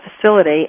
facility